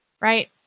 right